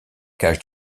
cage